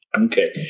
Okay